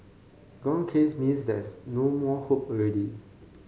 gone case means there's no more hope already